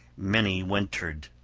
many-wintered